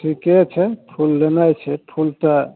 ठिके छै फूल लेनाइ छै फूल तऽ